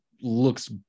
looks